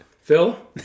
Phil